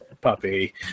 puppy